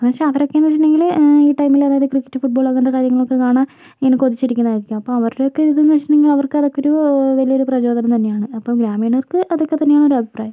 അപ്പമെന്ന് വച്ചാൽ അവര് ഒക്കെന്ന് വെച്ചിട്ട് ഉണ്ടെങ്കില് ഈ ടൈമിൽ അതായത് ക്രിക്കറ്റ് ഫുട്ബോൾ അങ്ങനത്ത കാര്യങ്ങൾ ഒക്കെ കാണാൻ വീണ്ടും കൊതിച്ച് ഇരിക്കുന്നത് ആയിരിക്കും അപ്പം അവരുടെ ഒക്കെ ഇതീന്ന് വെച്ചിട്ട് ഉണ്ടെങ്കിൽ അവർക്ക് അത് ഒക്കെ ഒരു വലിയൊരു പ്രചോദനം തന്നെ ആണ് അപ്പം ഗ്രാമീണർക്ക് അത് ഒക്കെ തന്നെയാണ് ഒര് അഭിപ്രായം